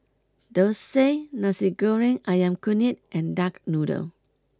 Thosai Nasi Goreng Ayam Kunyit and Duck Noodle